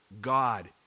God